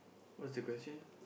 what's the question